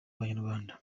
banyarwanda